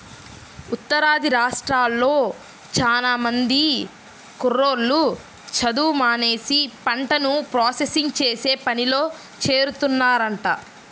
ఉత్తరాది రాష్ట్రాల్లో చానా మంది కుర్రోళ్ళు చదువు మానేసి పంటను ప్రాసెసింగ్ చేసే పనిలో చేరుతున్నారంట